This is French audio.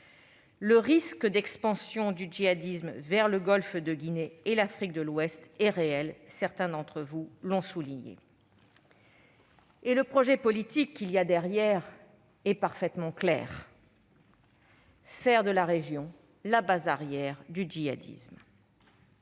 le risque d'expansion du djihadisme vers le golfe de Guinée et l'Afrique de l'Ouest est réel. Certains d'entre vous l'ont souligné. Le projet politique qu'il y a derrière est clair : faire de la région la base arrière du djihadisme.